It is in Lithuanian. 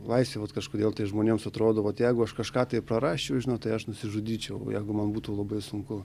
laisvėj vat kažkodėl žmonėms atrodo vat jeigu aš kažką tai prarasčiau žinot tai aš nusižudyčiau jeigu man būtų labai sunku